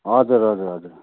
हजुर हजुर हजुर